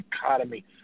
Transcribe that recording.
dichotomy